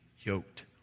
yoked